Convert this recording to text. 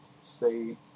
say